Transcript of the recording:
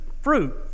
fruit